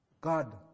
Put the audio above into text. God